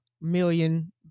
million